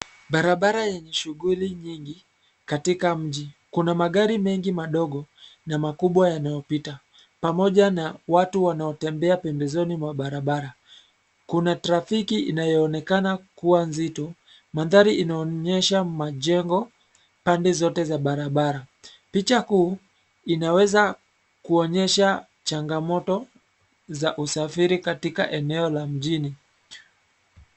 Barabara yenye shughuli nyingi katika mji. Kuna magari mengi madogo na makubwa yanayopita pamoja na watu wanaotembea pembezoni mwa barabara. Kuna trafiki inayoonekana kuwa nzito. Mandhari inaonyesha majengo pande zote za barabara. Picha kuu inaweza kuonyesha changamoto za usafiri katika eneo la mjini.